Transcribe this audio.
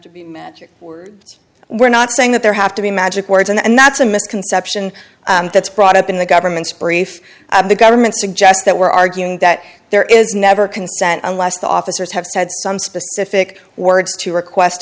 to be magic words we're not saying that there have to be magic words and that's a misconception that's brought up in the government's brief the government suggests that we're arguing that there is never consent unless the officers have said some specific words to request